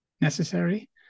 necessary